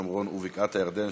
שומרון ובקעת-הירדן,